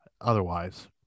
otherwise